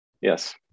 Yes